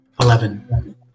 Eleven